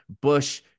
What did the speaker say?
Bush